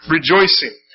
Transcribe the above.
Rejoicing